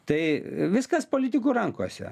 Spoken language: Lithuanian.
tai viskas politikų rankose